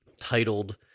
titled